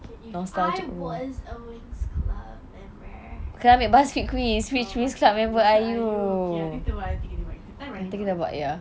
eh if I was a winx club member oh buzzfeed quiz okay nanti kita buat